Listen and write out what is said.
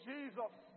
Jesus